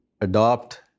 adopt